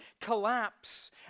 collapse